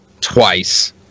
twice